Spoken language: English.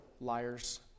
liars